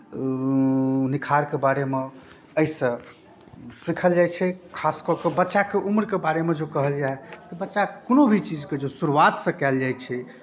निखारके बारेमे एहिसँ सीखल जाइ छै खास कऽ कऽ बच्चाके उम्रके बारेमे जे कहल जाय तऽ बच्चा कोनो भी चीजके जे शुरुआतसँ कयल जाइ छै